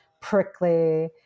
prickly